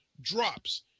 drops